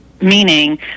meaning